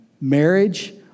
marriage